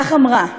כך אמרה: